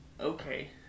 okay